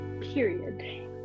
period